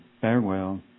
farewell